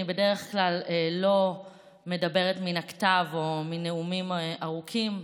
אני בדרך כלל לא מדברת מן הכתב או בנאומים ארוכים.